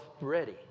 ready